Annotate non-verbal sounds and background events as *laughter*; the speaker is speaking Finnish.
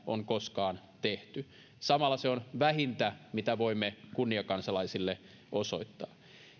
*unintelligible* on koskaan tehty samalla se on vähintä mitä voimme kunniakansalaisille osoittaa